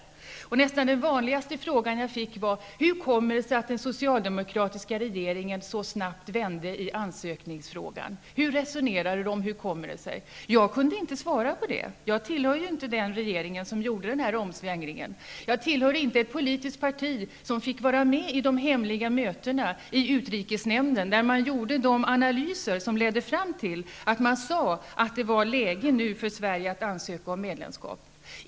Den vanligaste frågan jag fick var: Hur kommer det sig att den socialdemokratiska regeringen så snabbt vände i ansökningsfrågan? Hur resonerade de? Jag kunde inte svara på det. Jag tillhör ju inte den regering som gjorde den här omsvängningen. Jag tillhör inte ett politiskt parti som fick vara med i de hemliga mötena i utrikesnämnden, när man gjorde de analyser som ledde fram till att man sade att det var läge nu för Sverige att ansöka om medlemskap.